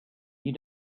you